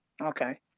Okay